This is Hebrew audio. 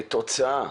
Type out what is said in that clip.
כתוצאה